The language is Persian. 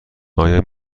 آیا